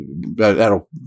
that'll